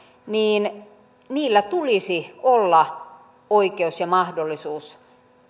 niin niillä tulisi olla oikeus ja mahdollisuus